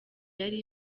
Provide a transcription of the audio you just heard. yari